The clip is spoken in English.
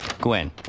Gwen